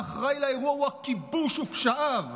האחראי לאירוע הוא הכיבוש ופשעיו,